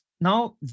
now